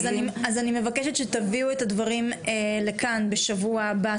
אז אני מבקשת שתביאו את הדברים לכאן בשבוע הבא,